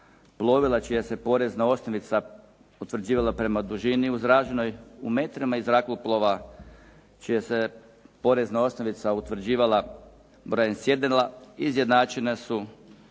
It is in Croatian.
plovila čija se porezna osnovica utvrđivala prema dužini izraženoj u metrima i zrakoplova čija se porezna osnovica utvrđivala brojem sjedala izjednačena su